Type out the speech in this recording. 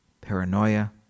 paranoia